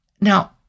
Now